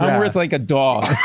um worth like a dog.